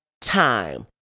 time